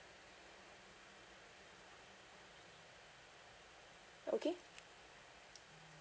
okay